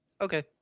Okay